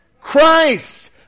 Christ